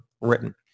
written